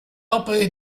opere